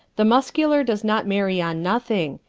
the muscular does not marry on nothing,